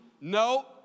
No